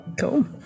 Cool